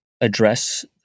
address